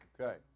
Okay